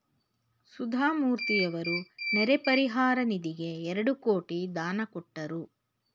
ಸುಧಾಮೂರ್ತಿಯವರು ನೆರೆ ಪರಿಹಾರ ನಿಧಿಗೆ ಎರಡು ಕೋಟಿ ದಾನ ಕೊಟ್ಟರು